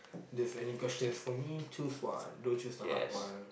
there's any questions for me choose one don't choose the hard one